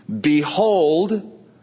Behold